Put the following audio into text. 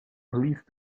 police